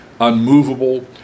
unmovable